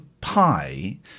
Pi